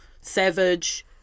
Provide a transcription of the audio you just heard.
Savage